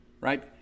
right